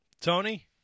Tony